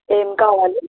ఏమి కావాలి